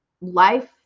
life